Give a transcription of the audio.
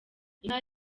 inka